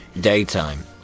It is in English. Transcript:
daytime